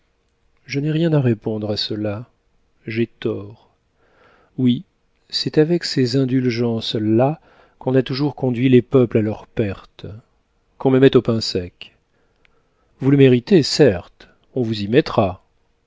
je n'ai rien à répondre à cela j'ai tort oui c'est avec ces indulgences là qu'on a toujours conduit les peuples à leur perte qu'on me mette au pain sec vous le méritez certe on vous y mettra